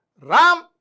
Ram